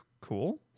cool